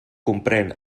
comprén